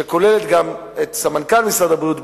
שכוללת גם את סמנכ"ל משרד הבריאות,